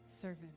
servant